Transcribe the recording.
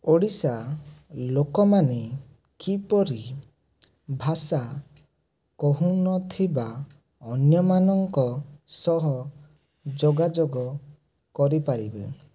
ଓଡ଼ିଶା ଲୋକମାନେ କିପରି ଭାଷା କହୁ ନ ଥିବା ଅନ୍ୟ ମାନଙ୍କ ସହ ଯୋଗାଯୋଗ କରି ପାରିବେ